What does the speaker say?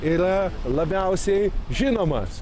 yra labiausiai žinomas